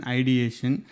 ideation